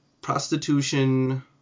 Prostitution